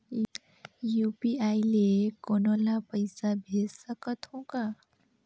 UPI ले कोनो ला पइसा भेज सकत हों का?